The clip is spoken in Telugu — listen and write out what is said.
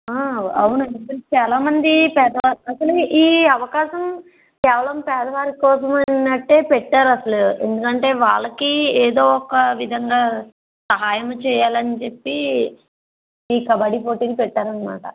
అవునండి చాలామంది ఈ అవకాశం కేవలం పేదవారి కోసమన్నట్టే పెట్టారసలు ఎందుకంటే వాళ్ళకి ఏదో ఒక విధంగా సహాయం చేయాలని చెప్పి ఈ కబడీ పోటీ పెట్టారనమాట